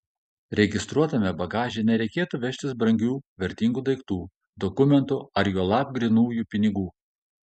registruotame bagaže nereikėtų vežtis brangių vertingų daiktų dokumentų ar juolab grynųjų pinigų